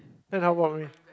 then I walk only